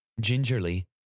Gingerly